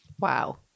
Wow